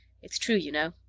it's true, you know.